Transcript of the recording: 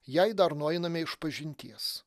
jei dar nueiname išpažinties